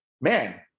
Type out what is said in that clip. man